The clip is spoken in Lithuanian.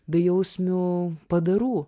bejausmių padarų